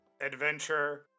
adventure